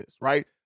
right